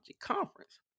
conference